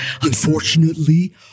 Unfortunately